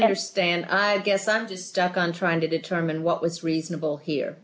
understand i guess i'm just stuck on trying to determine what was reasonable here